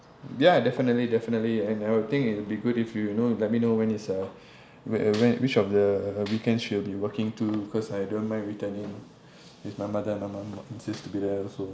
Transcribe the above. ya definitely definitely and I would think it'll be good if you know let me know when is uh w~ when which of the weekend she'll be working to because I don't mind returning with my mother and my mum insist to be there also